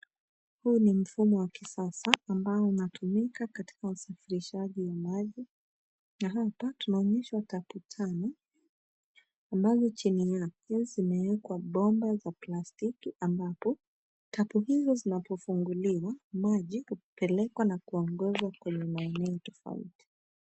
Huu ni mfumo wa kisasa ambao inatumika katika usafirishaji wa maji na hapa tunaonyeshwa tapu tano ambazo chini yake zimewekwa bomba za plastiki ambapo tapu hiz zinapofunguliwa maji hupelekwa na kuongozwa kwenye maeneo tofauti.